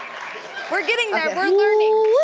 we're getting there, we're learning.